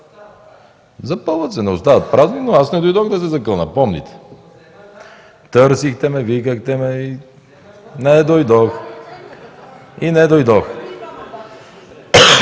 Запълват се, не остават празни, но аз не дойдох да се закълна, помните! Търсихте ме, викахте ме. Не дойдох!